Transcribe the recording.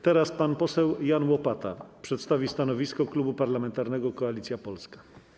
Teraz pan poseł Jan Łopata przedstawi stanowisko Klubu Parlamentarnego Koalicja Polska.